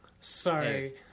Sorry